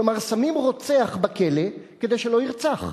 כלומר, שמים רוצח בכלא, כדי שלא ירצח.